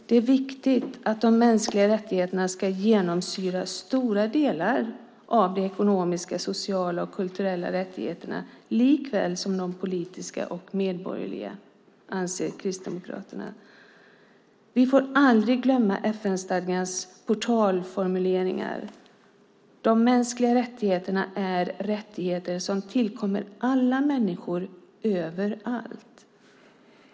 Det är viktigt att de mänskliga rättigheterna ska genomsyra stora delar av de ekonomiska, sociala och kulturella rättigheterna likaväl som de politiska och medborgerliga. Det anser Kristdemokraterna. Vi får aldrig glömma FN-stadgans portalformuleringar: De mänskliga rättigheterna är rättigheter som tillkommer alla människor överallt.